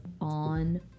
on